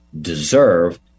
deserve